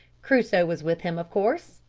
crusoe was with him, of course.